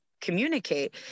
communicate